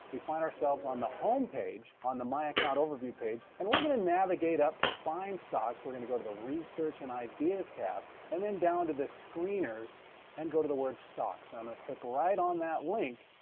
we find ourselves on the home page on the my account overview page. and we're going to navigate up to find stocks. we're going to go to the research and ideas tab and then down to the screeners and go to the word stocks. so i'm going to click right on that link,